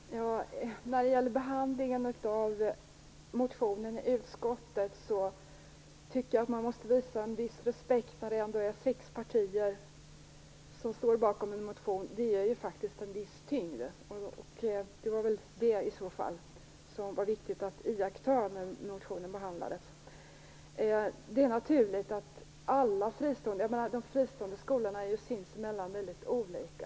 Fru talman! När det gäller behandlingen av motionen i utskottet, tycker jag att man måste visa en viss respekt när det är sex partier som står bakom motionen. Det ger en viss tyngd. Det var det som var viktigt att iaktta när motionen behandlades. De fristående skolorna är sinsemellan väldigt olika.